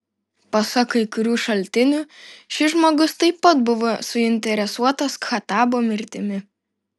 pasak kai kurių šaltinių šis žmogus taip pat buvo suinteresuotas khattabo mirtimi